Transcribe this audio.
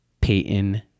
Peyton